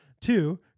Two